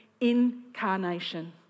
Incarnation